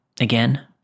Again